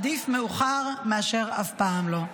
ועדיף מאוחר מאשר אף פעם לא.